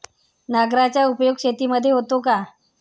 नांगराचा उपयोग शेतीमध्ये होतो का?